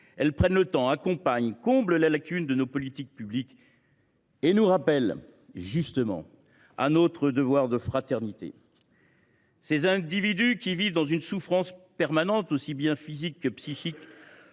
Elles prennent le temps, accompagnent, comblent les lacunes de nos politiques publiques, et nous rappellent justement à notre devoir de fraternité. Ces individus qui vivent dans une souffrance permanente, aussi bien physique que psychique,